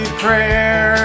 prayer